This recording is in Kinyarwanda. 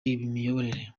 imiyoborere